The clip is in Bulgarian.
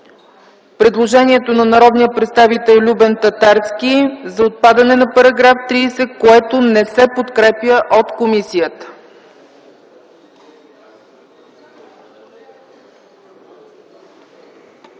предложението на народния представител Любен Татарски за отпадане на § 30, което не се подкрепя от комисията.